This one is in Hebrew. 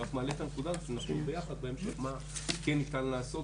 ואני רק מעלה את הנקודה הזאת ונחשוב ביחד בהמשך מה כן ניתן לעשות.